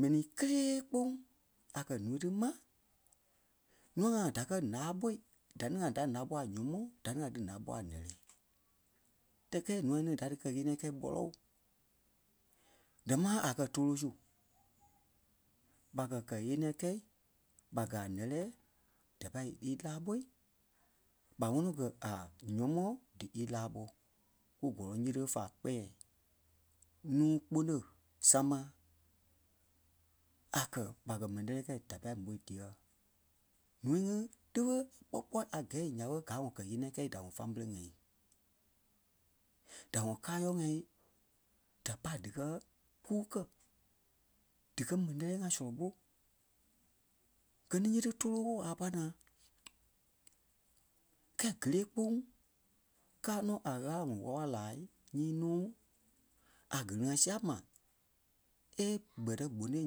m̀ɛnii kélee kpóŋ a kɛ́ núui tí mai, nûa-ŋai da kɛ́ náa ɓô, da ní ŋai da náa ɓô a nyɔ̀mɔɔ da ni ŋai dí náa ɓô a nɛ̂lɛɛ. Tɛ́ kɛɛ- nûa ni da dí kɛ́ ŋeniɛi kɛ̂i kpɔlɔ ooo. Dámaa a kɛ́ tólo su. ɓa kɛ̀ kɛ́ ɣeniɛi kɛ̂i ɓa gɛ̀ a nɛ̂lɛɛ da pâi í láa ɓôi ɓa ŋɔnɔ kɛ́ a nyɔ̀mɔɔ dí ílaa ɓô. Kú gɔlɔŋ nyíti fá kpɛɛ nuu-kpune sama. A kɛ́ ɓa kɛ́ m̀ɛnii lɛ́lɛɛ kɛ̂i da pâi m̀ôi diyɛɛ núui ŋí ti ɓé kpɔ́kpɔɔi a gɛɛ nya ɓé gaa wɔ́ kɛ́ ɣeniɛi kɛ̂i da wɔ̂ family ŋai. Da wɔ̂ káyɔŋ ŋai da pai díkɛ kuu kɛ̀, díkɛ mɛni lɛ́lɛɛ ŋai sɔlɔ ɓô. Gɛ ni nyíti tólo wóo a pai naa. Kɛ̀i gélee kpóŋ káa nɔ́ a Ɣâla ŋɔ wála-wala laai nyii nuu a gili-ŋai sia ma è kpɛ́tɛ gbonoi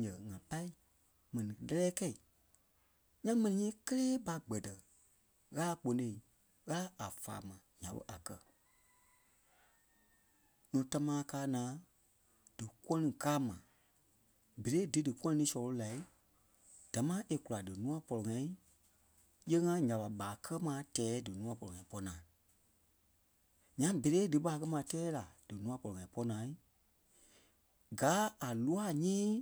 ǹyɛɛ ŋa pâi mɛni lɛ́lɛɛ kɛ̂i. Yɛɛ mɛnii nyii kelee ɓa gbɛ̀tɛ Ɣâla kponoi, Ɣâla a fáa ma nya ɓé a kɛ̀. Nuu támaa káa naa dí gɔ̂liŋ kaa mai. Berei dí dikɔ̂liŋ tí sɔlɔ ɓô la dámaa é kúla dí nûa pɔlɔ-ŋai nyéei-ŋa nya ɓa ɓâa kɛ́ ma tɛɛ dínûa pɔlɔ-ŋai pɔ́ naa. Ńyaŋ berei di ɓâa kɛ́ ma tɛ́ɛ la dínûa pɔlɔ-ŋai pɔ́ naa gáa a lûwa nyii dí